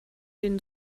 den